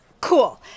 Cool